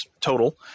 total